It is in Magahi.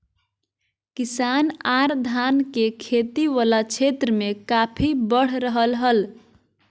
किसान आर धान के खेती वला क्षेत्र मे काफी बढ़ रहल हल